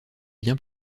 bien